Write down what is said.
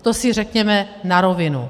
To si řekněme na rovinu.